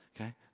Okay